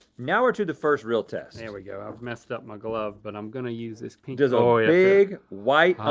now we're to the first real test. there we go, i've messed up my glove, but i'm gonna use this pinky. this ah is a big white